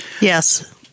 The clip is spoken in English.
Yes